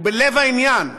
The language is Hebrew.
הוא בלב העניין,